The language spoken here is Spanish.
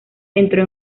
entró